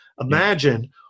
Imagine